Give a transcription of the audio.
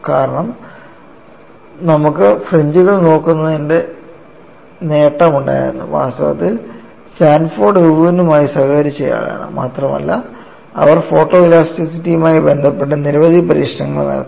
കാരണം നമുക്ക് ഫ്രിഞ്ച്കൾ നോക്കുന്നതിന്റെ നേട്ടം ഉണ്ടായിരുന്നു വാസ്തവത്തിൽ സാൻഫോർഡ് ഇർവിനുമായി സഹകരിച്ചയാളാണ് മാത്രമല്ല അവർ ഫോട്ടോ ഇലാസ്റ്റിറ്റിയുമായി ബന്ധപ്പെട്ട നിരവധി പരീക്ഷണങ്ങൾ നടത്തി